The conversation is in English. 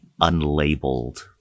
unlabeled